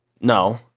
No